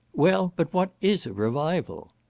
well, but what is a revival?